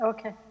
Okay